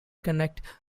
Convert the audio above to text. connect